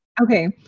Okay